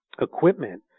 equipment